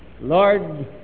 Lord